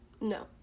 No